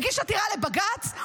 הוא הגיש עתירה לבג"ץ,